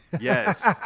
Yes